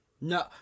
No